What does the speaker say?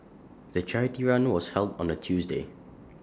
the charity run was held on A Tuesday